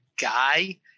guy